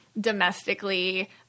domestically